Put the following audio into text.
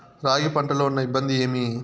రాగి పంటలో ఉన్న ఇబ్బంది ఏమి?